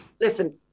listen